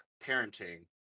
parenting